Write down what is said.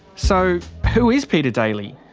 so, who is peter daly?